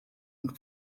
und